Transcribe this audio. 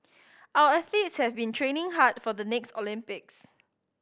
our athletes have been training hard for the next Olympics